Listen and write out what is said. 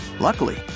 Luckily